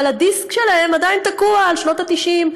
אבל הדיסק שלהם עדיין תקוע על שנות ה-90,